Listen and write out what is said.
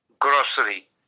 Grocery